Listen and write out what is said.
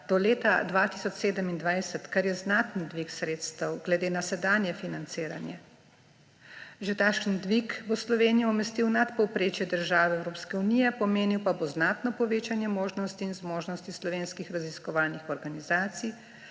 do leta 2027, kar je znaten dvig sredstev glede na sedanje financiranje. Že takšen dvig bo Slovenijo umestil v nadpovprečje držav Evropske unije, pomenil pa bo znatno povečanje možnosti in zmožnosti slovenskih raziskovalnih organizacij,